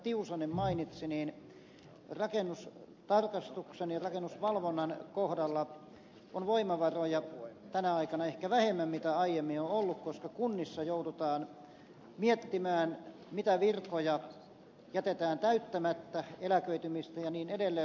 tiusanen mainitsi rakennustarkastuksen ja rakennusvalvonnan kohdalla on voimavaroja tänä aikana ehkä vähemmän mitä aiemmin on ollut koska kunnissa joudutaan miettimään kuin virkoja jätetään täyttämättä eläköitymis ja niin edelleen